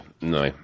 No